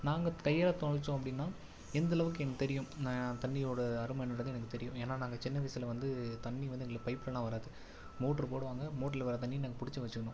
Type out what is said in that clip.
நாங்கள் கையால் துவைச்சோம் அப்படின்னா எந்தளவுக்கு எனக்கு தெரியும் நான் தண்ணியோடய அருமை என்னென்னு எனக்கு தெரியும் ஏன்னால் நாங்கள் சின்ன வயசில் வந்து தண்ணி வந்து எங்களுக்கு பைப்லலாம் வராது மோட்ரு போடுவாங்கள் மோட்ரில் வர தண்ணியை நாங்கள் பிடிச்சி வச்சுக்கணும்